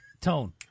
Tone